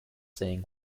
saying